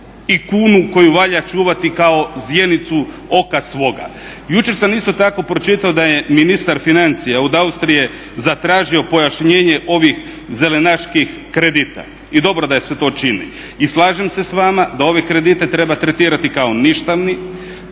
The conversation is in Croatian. i kunu koju valja čuvati kao zjenicu oka svoga. Jučer sam isto tako pročitao da je ministar financija od Austrije zatražio pojašnjenje ovih zelenaških kredita i dobro da se to čini i slažem se s vama da ove kredite treba tretirati kao ništavni.